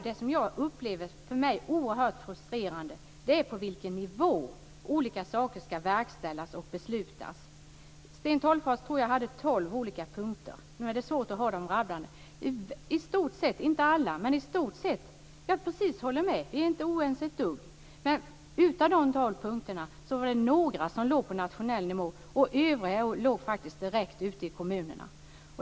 Det som jag upplever som oerhört frustrerande är okunnigheten om på vilken nivå olika saker ska verkställas och beslutas. Jag tror att Sten Tolgfors hade tolv olika punkter. Jag kan hålla med om i stort sett alla dessa. Vi är inte ett dugg oense. Men av dessa tolv punkter var det några få som låg på nationell nivå. Övriga ligger faktiskt direkt på kommunerna.